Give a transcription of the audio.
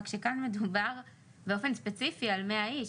רק שכאן מדובר באופן ספציפי על 100 איש,